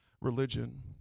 religion